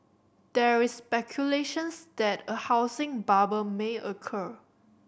there is speculations that a housing bubble may occur